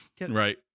right